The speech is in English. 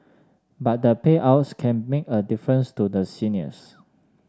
but the payouts can make a difference to the seniors